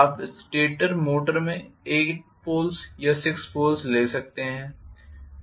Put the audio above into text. आप stepper motor में eight poles या सिक्स पोल्स ले सकते हैं